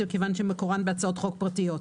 זה כיוון שמקורן בהצעות חוק פרטיות.